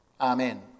Amen